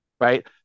right